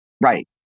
Right